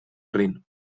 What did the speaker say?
rin